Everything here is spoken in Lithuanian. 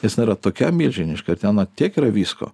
nes jinai yra tokia milžiniška ten tiek yra visko